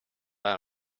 ajal